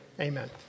Amen